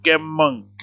monkey